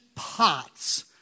pots